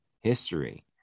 history